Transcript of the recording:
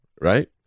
Right